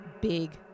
big